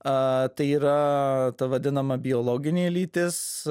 a tai yra ta vadinama biologinė lytis